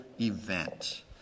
event